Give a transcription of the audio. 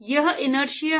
यह इनर्शिया हैं